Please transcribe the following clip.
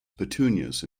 petunias